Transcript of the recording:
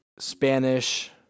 Spanish